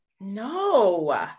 No